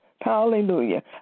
Hallelujah